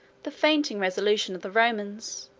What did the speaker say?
the fainting resolution of the romans,